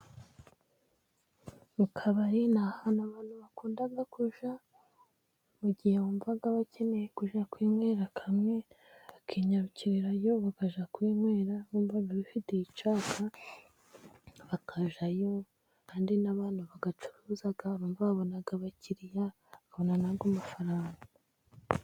Mu kabari ni ahantu abantu bakunda kujya, mu gihe wumva bakeneye kujya kwinywera kamwe, akanyarukirayo bakajya kwinywera, bumva bifitiye icyaka bakajyayo, kandi n'abantu bagacuruza babona abakiriya, babona nayo amafaranga.